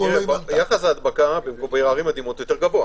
יחס ההדבקה בערים אדומות הוא יותר גבוה.